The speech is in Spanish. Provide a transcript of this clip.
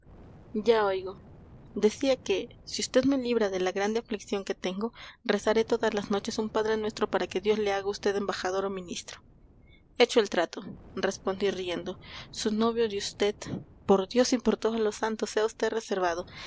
ya oigo decía que si vd me libra de la grande aflicción que tengo rezaré todas las noches un padre nuestro para que dios le haga a usted embajador o ministro hecho el trato respondí riendo su novio de vd por dios y por todos los santos sea vd reservado